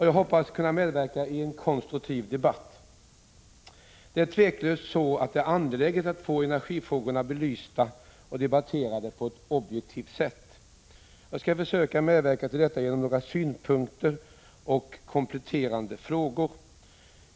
Jag hoppas kunna medverka i en konstruktiv debatt. Det är tveklöst så att det är angeläget att få energifrågorna belysta och debatterade på ett objektivt sätt. Jag skall försöka medverka till detta genom några synpunkter och kompletterande frågor.